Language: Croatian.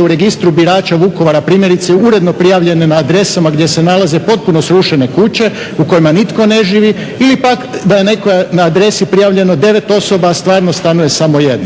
u registru birača Vukovara, primjerice uredno prijavljene na adresama gdje se nalaze potpuno srušene kuće u kojima nitko ne živi ili pak da je na nekoj adresi prijavljeno 9 osoba, a stvarno stanuje samo 1.